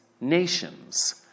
nations